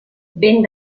vent